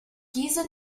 diese